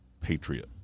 patriot